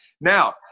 now